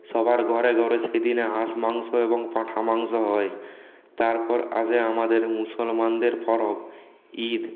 সবার ঘরে ঘরে সেদিনে হাঁস মাংস এবং পাঁঠার মাংস হয় তারপর আসে আমাদের মুসলমানদের পরব ঈদ